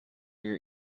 your